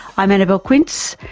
i'm annabelle quince,